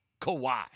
Kawhi